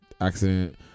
accident